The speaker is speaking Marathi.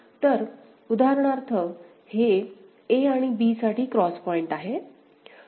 तर उदाहरणार्थ हे a आणि b साठी क्रॉस पॉईंट आहे